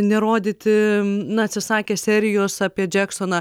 nerodyti na atsisakė serijos apie džeksoną